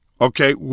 Okay